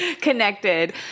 connected